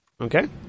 Okay